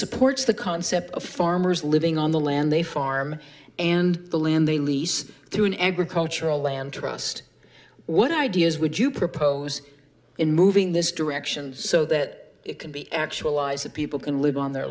supports the concept of farmers living on the land they farm and the land they lease through an agricultural land trust what ideas would you propose in moving this direction so that it can be actualized that people can live on their